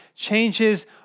changes